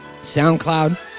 SoundCloud